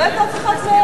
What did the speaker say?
לא אף אחד מהם.